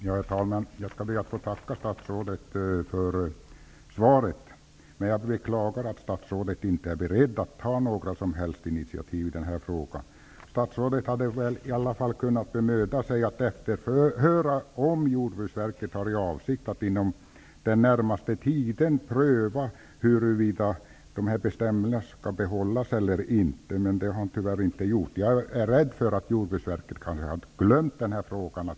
Herr talman! Jag skall be att få tacka statsrådet för svaret. Jag beklagar att statsrådet inte är beredd att ta några som helst initiativ i denna fråga. Statsrådet hade i alla fall kunnat bemöda sig om att efterhöra om Jordbruksverket har för avsikt att inom den närmaste tiden pröva huruvida dessa bestämmelser skall behållas. Det har han tyvärr inte gjort. Jag är rädd för att Jordbruksverket kan ha glömt denna fråga.